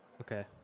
Okay